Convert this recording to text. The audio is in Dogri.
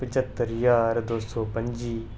पचह्त्तर ज्हार दो सौ पंजी